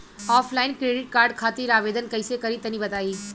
Offline credit card खातिर आवेदन कइसे करि तनि बताई?